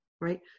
right